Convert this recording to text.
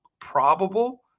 probable